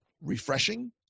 refreshing